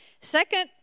Second